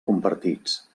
compartits